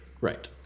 right